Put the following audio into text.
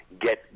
get